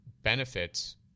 benefits